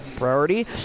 Priority